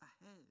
ahead